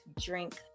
drink